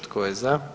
Tko je za?